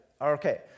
Okay